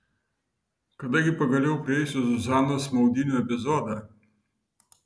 kada gi pagaliau prieisiu zuzanos maudynių epizodą